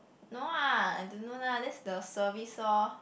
no ah I don't know lah that's the service lor